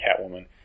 catwoman